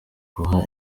guha